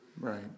Right